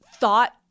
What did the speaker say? thought